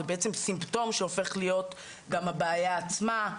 זה סימפטום שהופך להיות גם הבעיה עצמה.